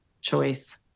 choice